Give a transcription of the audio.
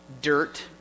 dirt